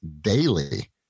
daily